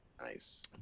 Nice